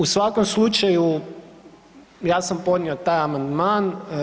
U svakom slučaju ja sam podnio taj amandman.